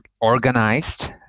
organized